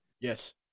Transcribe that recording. Yes